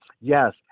Yes